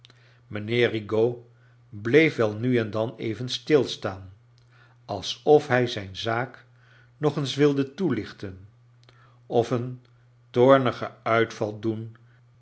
mijnheer rigaud bleef wel nu en dan even stilstaan als of hij zijn zaak nog eens wilde toelichten of een tooruigen uitval doen